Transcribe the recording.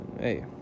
hey